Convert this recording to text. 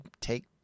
take